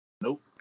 Nope